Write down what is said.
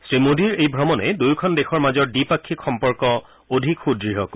শ্ৰীমোদীৰ এই অমণে দুয়োখন দেশৰ মাজৰ দ্বিপাক্ষিক সম্পৰ্ক অধিক সুদ্য় কৰিব